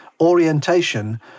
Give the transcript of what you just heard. orientation